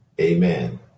amen